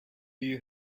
you